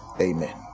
Amen